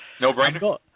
No-brainer